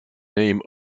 name